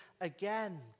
again